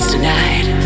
Tonight